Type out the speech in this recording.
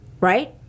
Right